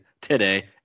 today